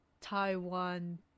Taiwan